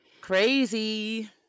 Crazy